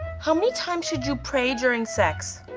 how many times should you pray during sex?